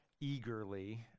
eagerly